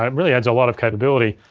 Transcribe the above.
um really adds a lot of capability.